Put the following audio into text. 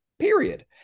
period